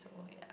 so yeah